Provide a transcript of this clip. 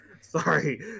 Sorry